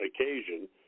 occasion